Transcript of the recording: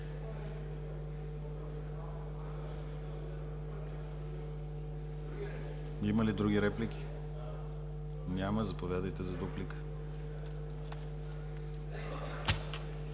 Има ли други реплики? Няма. Заповядайте за дуплика.